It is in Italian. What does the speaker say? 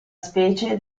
specie